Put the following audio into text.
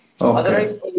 Otherwise